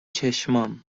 چشمام